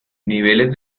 niveles